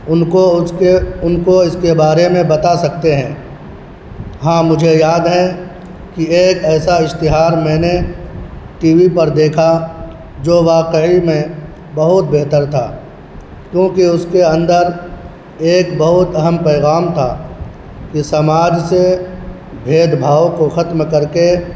ان کو اس کے ان کو اس کے بارے میں بتا سکتے ہیں ہاں مجھے یاد ہے کہ ایک ایسا اشتہار میں نے ٹی وی پر دیکھا جو واقعی میں بہت بہتر تھا کیوں کہ اس کے اندر ایک بہت اہم پیغام تھا کہ سماج سے بھید بھاؤ کو ختم کر کے